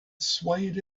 swayed